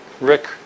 Rick